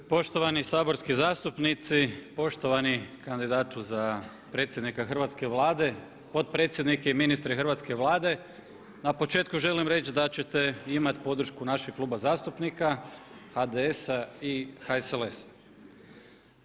Poštovani saborski zastupnici, poštovani kandidatu za predsjednika Hrvatske vlade, potpredsjednika i ministre Hrvatske vlade na početku želim reći da ćete imati podršku našeg Kluba zastupnika HDS-a i HSLS-a.